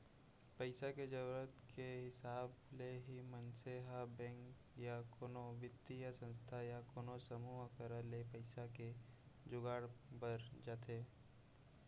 पइसा के जरुरत के हिसाब ले ही मनसे ह बेंक या कोनो बित्तीय संस्था या कोनो समूह करा ले पइसा के जुगाड़ बर जाथे